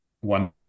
one